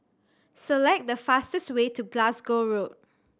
select the fastest way to Glasgow Road